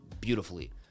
beautifully